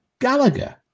gallagher